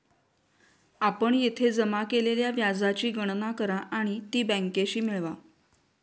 आपण येथे जमा केलेल्या व्याजाची गणना करा आणि ती बँकेशी मिळवा